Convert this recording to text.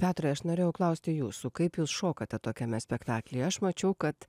petrai aš norėjau klausti jūsų kaip jūs šokate tokiame spektaklyje aš mačiau kad